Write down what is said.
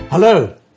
Hello